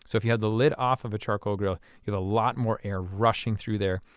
so if you have the lid off of a charcoal grill you have a lot more air rushing through there,